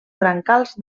brancals